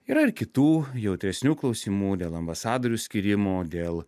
yra ir kitų jautresnių klausimų dėl ambasadorių skyrimo dėl